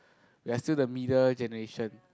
we are still the middle generation